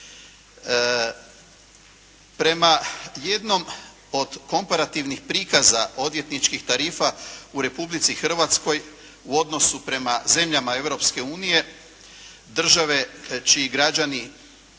Prema jednom od komparativnih prikaza odvjetničkih tarifa u Republici Hrvatskoj u odnosu prema zemljama Europske unije država čiji građani